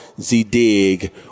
Z-Dig